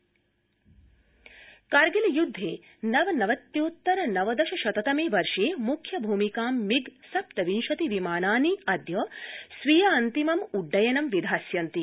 MiG विमानम् कारगिल युद्धे नवनवत्युत्तर नवदशत शतमे वर्षे मुख्य भूमिकायां मिग् सप्तविंशति विमानानि अद्य स्वीयान्तिमम् उड्डयनं विधास्यन्ति